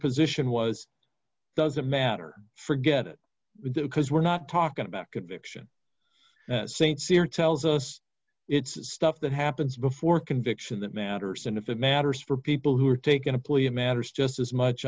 position was it doesn't matter forget it because we're not talking about conviction st cyr tells us it's stuff that happens before conviction that matters and if it matters for people who are taking a plea a matter is just as much